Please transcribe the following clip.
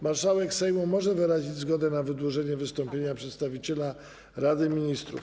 Marszałek Sejmu może wyrazić zgodę na wydłużenie wystąpienia przedstawiciela Rady Ministrów.